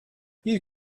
you